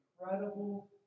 incredible